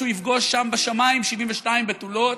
שהוא יפגוש שם בשמים 72 בתולות,